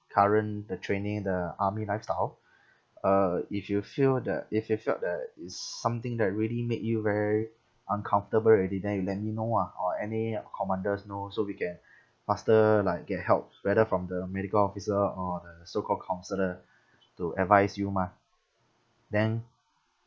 current the training the army lifestyle uh if you feel that if you felt that it's something that really make you very uncomfortable already then you let me know ah or any commanders know so we can faster like get help whether from the medical officer or the so called counsellor to advise you mah then